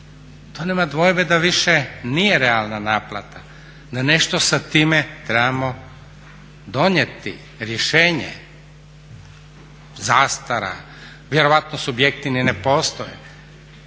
to nema dvojbe da više nije realna naplata, da nešto sa time trebamo donijeti rješenje, zastara, vjerojatno subjekti ni ne postoje.